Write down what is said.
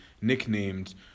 nicknamed